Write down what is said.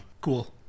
cool